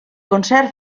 concert